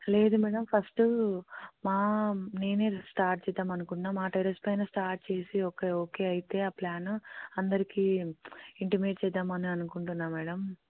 లేదు madam first మా నేనే స్టార్ట్ చేద్దాం అనుకున్న మా టెర్రస్పైన స్టార్ట్ చేసి ఒక ఓకే అయితే ఆ ప్లాను అందరికీ ఇంటిమేట్ చేద్దామని అనుకుంటున్నాను మేడం